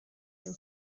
too